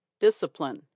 Discipline